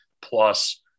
plus